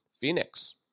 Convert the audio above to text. Phoenix